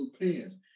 pants